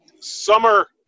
summer